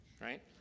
right